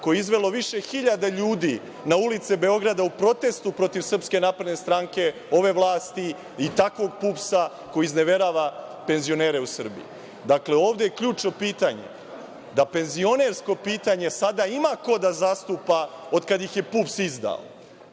koje je izvelo više hiljada ljudi na ulice Beograda u protestu protiv SNS, ove vlasti i takvog PUPS-a koji izneverava penzionere u Srbiji. Dakle, ovde je ključno pitanje da penzionersko pitanje sada ima ko da zastupa od kad ih je PUPS izdao,